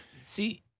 See